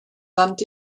land